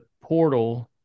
portal